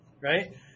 right